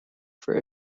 for